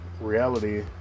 reality